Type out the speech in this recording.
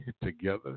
together